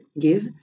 give